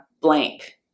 blank